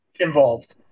Involved